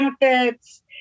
benefits